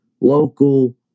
local